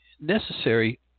necessary